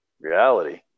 reality